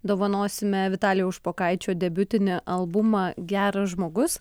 dovanosime vitalijaus špokaičio debiutinį albumą geras žmogus